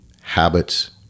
habits